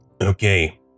Okay